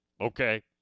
okay